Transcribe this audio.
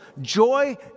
Joy